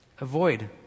Avoid